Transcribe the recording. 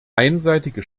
einseitige